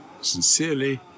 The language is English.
sincerely